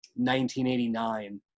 1989